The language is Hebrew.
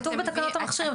כתוב בתקנות המכשירים.